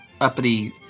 uppity